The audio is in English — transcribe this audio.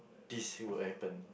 this would have happened